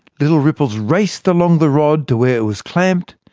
little ripples raced along the rod to where it was clamped,